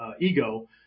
ego